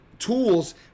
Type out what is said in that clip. tools